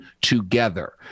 together